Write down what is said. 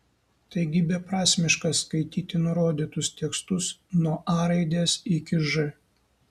taigi beprasmiška skaityti nurodytus tekstus nuo a raidės iki ž